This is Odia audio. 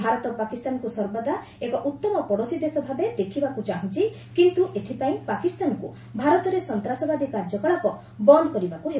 ଭାରତ ପାକିସ୍ତାନକୁ ସର୍ବଦା ଏକ ଉତ୍ତମ ପଡୋଶୀ ଦେଶ ଭାବେ ଦେଖିବାକୁ ଚାହୁଁଛି କିନ୍ତୁ ଏଥିପାଇଁ ପାକିସ୍ତାନକୁ ଭାରତରେ ସନ୍ତାସବାଦୀ କାର୍ଯ୍ୟକଳାପ ବନ୍ଦ କରିବାକୁ ହେବ